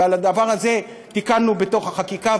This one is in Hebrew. ואת הדבר הזה תיקנו בתוך החקיקה,